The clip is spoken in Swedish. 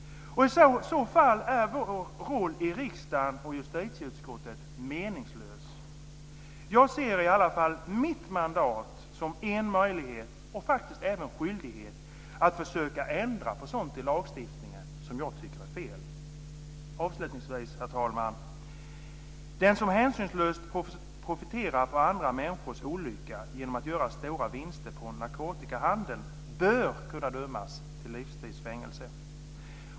I så fall är vår roll i riksdagen och i justitieutskottet meningslös. Jag ser i alla fall mitt mandat som en möjlighet och faktiskt även som en skyldighet att försöka ändra på sådant som jag tycker är fel i lagstiftningen. Avslutningsvis, herr talman: Den som hänsynslöst profiterar på andra människors olycka genom att göra stora vinster på narkotikahandel bör kunna dömas till livstids fängelse.